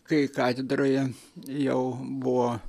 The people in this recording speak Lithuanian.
kai katedroje jau buvo